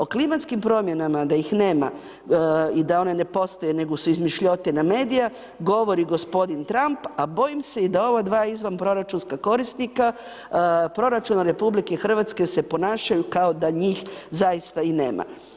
O klimatskim promjenama da ih nema, i da one ne postoje, nego su izmišljotine medija, govori gospodin Trump, a bojim se i da ova dva izvan proračunska korisnika, proračuna Republike Hrvatske se ponašaju kao da njih zaista i nema.